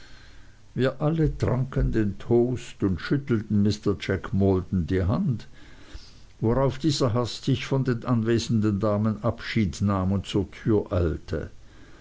wir alle tranken den toast und schüttelten mr jack maldon die hand worauf dieser hastig von den anwesenden damen abschied nahm und zur